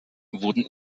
wurden